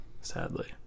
sadly